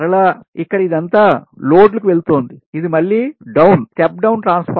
మరలా ఇక్కడ ఇదంతా లోడ్డ్లుకు వెళుతోంది ఇది మళ్ళీ డౌన్ step down transformer